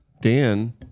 Dan